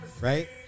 Right